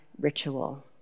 ritual